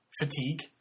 fatigue